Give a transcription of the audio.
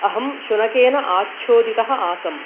अहं शुनकेन आच्छोदितः आसम्